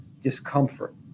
discomfort